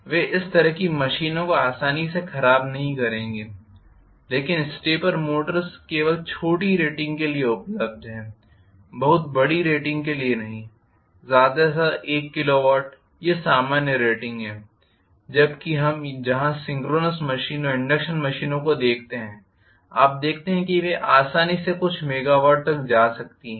वे इस तरह की मशीनों को आसानी से खराब नहीं करेंगे लेकिन स्टेपर मोटर्स केवल छोटी रेटिंग के लिए उपलब्ध हैं बहुत बड़ी रेटिंग के लिए नहीं ज़्यादा से ज़्यादा एक किलो वाट यह सामान्य रेटिंग हैं जब कि हम जहां सिंक्रोनस मशीनों इंडक्शन मशीनों को देखते हैं आप देखते हैं कि वे आसानी से कुछ मेगावाट तक जा सकती हैं